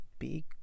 big